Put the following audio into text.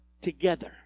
together